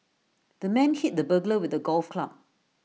the man hit the burglar with A golf club